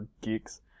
geeks